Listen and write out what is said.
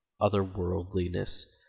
otherworldliness